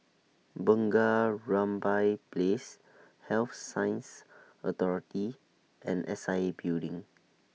Bunga Rampai Place Health Sciences Authority and S I A Building